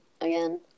again